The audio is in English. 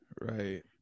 Right